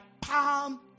palm